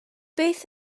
beth